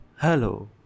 Hello